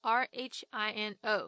,rhino